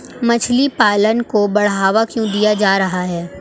मछली पालन को बढ़ावा क्यों दिया जा रहा है?